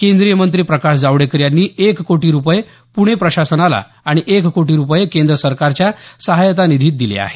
केंद्रीय मंत्री प्रकाश जावडेकर यांनी एक कोटी रुपये पुणे प्रशासनाला आणि एक कोटी रुपये केंद्र सरकारच्या सहायता निधीत दिले आहेत